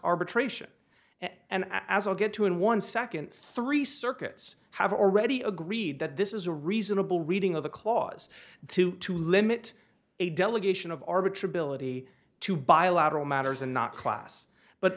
arbitration and as i'll get to in one second three circuits have already agreed that this is a reasonable reading of the clause two to limit a delegation of arbiter billet to bilateral matters and not class but